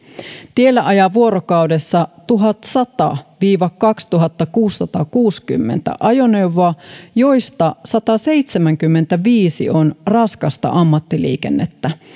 tiellä ajaa vuorokaudessa tuhatsata viiva kaksituhattakuusisataakuusikymmentä ajoneuvoa joista sataseitsemänkymmentäviisi on raskasta ammattiliikennettä